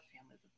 families